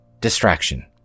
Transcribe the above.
distraction